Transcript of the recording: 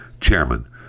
chairman